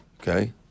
Okay